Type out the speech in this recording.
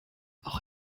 auch